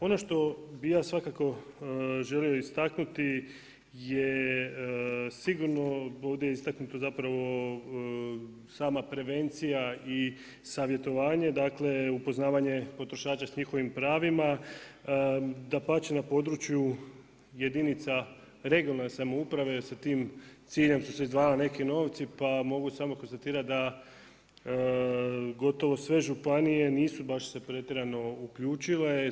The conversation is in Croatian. Ono što bi ja svako želio istaknuti je sigurno bude istaknuto zapravo sama prevencija i savjetovanje, dakle upoznavanje potrošača sa njihovim pravima, dapače, na području jedinica regionalne samouprave jer sa tim ciljem su se izdvajali neki novci, pa mogu samo konstatirati da gotovo sve županije nisu baš se pretjerano uključile.